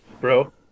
Bro